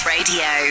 Radio